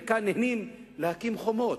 וכאן נהנים להקים חומות.